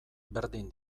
berdin